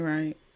Right